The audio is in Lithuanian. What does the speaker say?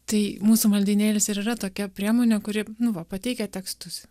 tai mūsų maldynėlis ir yra tokia priemonė kuri nu va pateikia tekstus